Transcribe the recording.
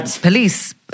police